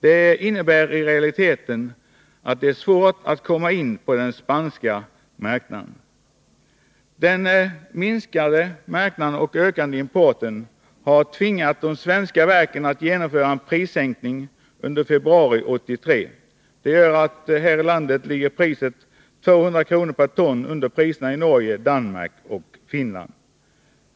Detta innebär i realiteten att det är svårt att komma in på den spanska marknaden. Den minskande marknaden och den ökande importen har tvingat de svenska verken att genomföra en prissänkning under februari 1983. Det gör att priset här i landet ligger 200 kr./ton under priserna i Norge, Danmark och Finland.